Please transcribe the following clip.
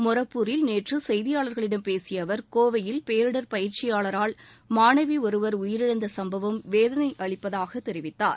மொரப்பூரில் நேற்றுசெய்தியாளர்களிடம் பேசியஅவர் கோவையில் பேரிடர் பயிற்சியாளரால் மாணவிஒருவர் உயிரிழந்தசம்பவம் வேதனையளிப்பதாகதெரிவித்தார்